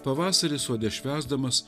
pavasarį sode švęsdamas